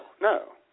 no